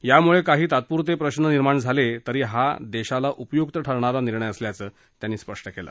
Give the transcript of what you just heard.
यामुळे काही तात्पुरते प्रश्न निर्माण झाले तरी हा देशाला उपयुक्त ठरणारा निर्णय असल्याचं त्यांनी स्पष्ट केलं